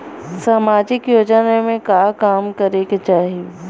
सामाजिक योजना में का काम करे के चाही?